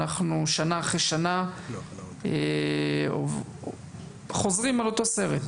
אנחנו שנה אחרי שנה חוזרים על אותו סרט.